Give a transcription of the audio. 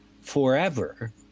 forever